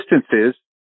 distances